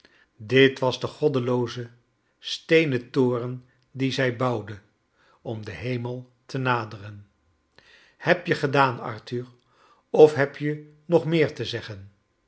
dit was de goddelooze steenen toren dien zij bouwde oni den heinel te naderen heb je gedaan arthur of heb je nog meer te zeggen